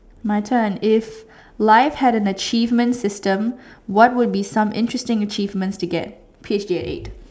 my turn if life had an achievement system what would be some interesting achievements to get P_H_D at eight